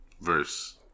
verse